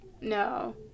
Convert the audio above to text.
No